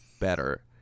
better